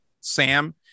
sam